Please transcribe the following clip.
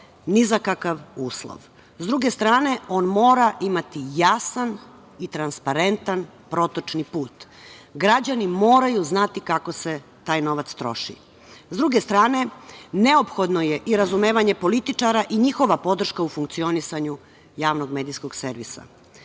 ni za kakav uslov. S druge strane, on mora imati jasan i transparentan protočni put. Građani moraju znati kako se taj novac troši. S druge strane, neophodno je i razumevanje političara i njihova podrška u funkcionisanju javnog medijskog